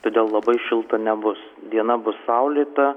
todėl labai šilta nebus diena bus saulėta